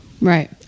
right